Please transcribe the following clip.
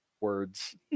words